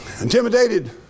Intimidated